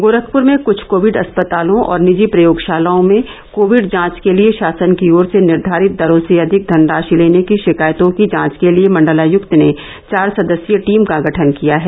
गोरखपुर में कुछ कोविड अस्पतालों और निजी प्रयोगशालाओं में कोविड जांच के लिये शासन की ओर से निर्धारित दरों से अधिक धनराशि लेने की शिकायतों की जांच के लिये मण्डलायुक्त ने चार सदस्यीय टीम का गठन किया है